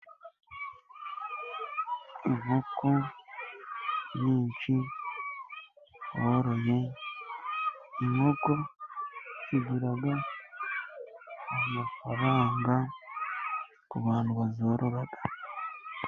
Inkoku nyinshi boroye. Inkoko zigira amafaranga ku bantu bazorora.